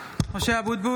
(קוראת בשמות חברי הכנסת) משה אבוטבול,